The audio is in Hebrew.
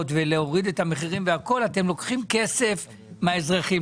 ולהוריד את המחירים אתם לוקחים כסף מהאזרחים?